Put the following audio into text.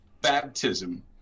baptism